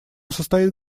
состоит